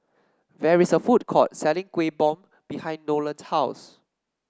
there is a food court selling Kuih Bom behind Nolen's house